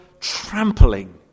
trampling